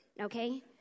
Okay